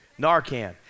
narcan